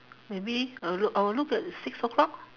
maybe I will look I will look at six o'clock